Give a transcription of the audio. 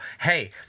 Hey